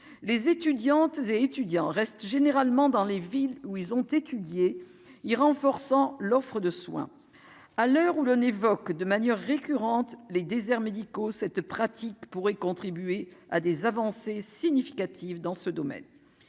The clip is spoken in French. les étudiantes et étudiants restent généralement dans les villes où ils ont étudié il renforçant l'offre de soins, à l'heure où l'on évoque de manière récurrente, les déserts médicaux cette pratique pourrait contribuer à des avancées significatives dans ce domaine,